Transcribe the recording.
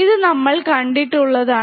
ഇത് നമ്മൾ കണ്ടിട്ടുള്ളതാണ്